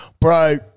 bro